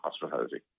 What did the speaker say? hospitality